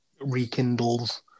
rekindles